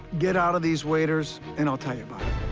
get out of these waders, and i'll tell you about